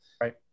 right